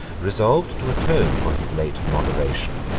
resolved to atone for his late moderation,